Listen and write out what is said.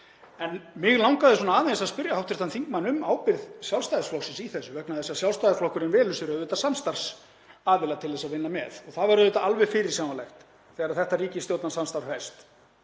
En mig langaði aðeins að spyrja hv. þingmann um ábyrgð Sjálfstæðisflokksins í þessu vegna þess að Sjálfstæðisflokkurinn velur sér auðvitað samstarfsaðila til að vinna með og það var auðvitað alveg fyrirsjáanlegt þegar þetta ríkisstjórnarsamstarf hófst